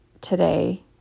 today